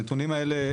הנתונים האלה,